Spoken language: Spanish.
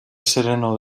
sereno